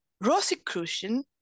Rosicrucian